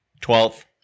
twelfth